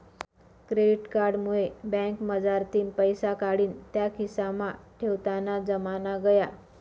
credit card मुये बँकमझारतीन पैसा काढीन त्या खिसामा ठेवताना जमाना गया